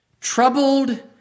troubled